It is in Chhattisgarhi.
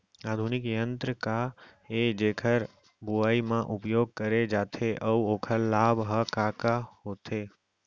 आधुनिक यंत्र का ए जेकर बुवाई म उपयोग करे जाथे अऊ ओखर लाभ ह का का होथे?